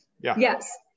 Yes